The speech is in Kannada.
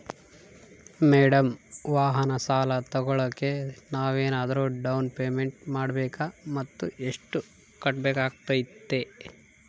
ಮೇಡಂ ವಾಹನ ಸಾಲ ತೋಗೊಳೋಕೆ ನಾವೇನಾದರೂ ಡೌನ್ ಪೇಮೆಂಟ್ ಮಾಡಬೇಕಾ ಮತ್ತು ಎಷ್ಟು ಕಟ್ಬೇಕಾಗ್ತೈತೆ?